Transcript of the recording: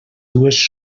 dues